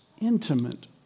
intimate